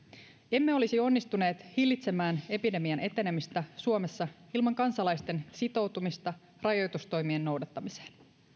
emme olisi onnistuneet hillitsemään epidemian etenemistä suomessa ilman kansalaisten sitoutumista rajoitustoimien noudattamiseen